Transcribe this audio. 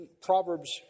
proverbs